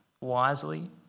wisely